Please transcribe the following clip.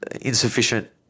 insufficient